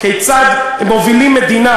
חשבתי שהתייחסת לראש ממשלה